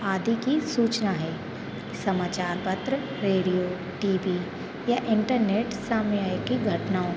आदि की सूचना है समाचार पत्र रेडियो टीबी या इंटरनेट सामयायिकी घटनाओं